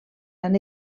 han